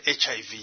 HIV